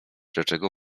dlaczego